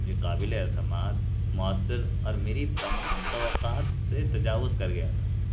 یہ قابل اعتماد مؤثر اور میری تمام توقعات سے تجاوز کر گیا تھا